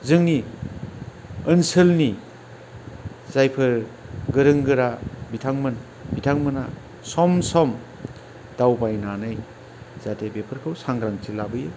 जोंनि ओनसोलनि जायफोर गोरों गोरा बिथांमोन बिथांमोना सम सम दावबायनानै जाहाथे बेफोरखौ सांग्रांथि लाबोयो